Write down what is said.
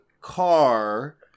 car